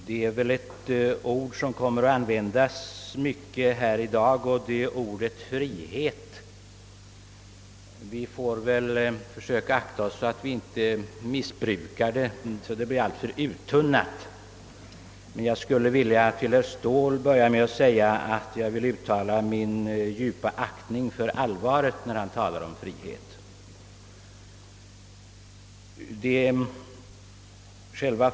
Herr talman! Ett ord torde komma att användas ofta här i dag, och det är ordet frihet. Vi får nog akta oss så att vi inte missbrukar ordet och tunnar ut dess betydelse. Jag vill emellertid säga till herr Ståhl att jag hyser djup aktning för allvaret i herr Ståhls tal om frihet.